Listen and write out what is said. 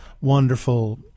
wonderful